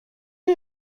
you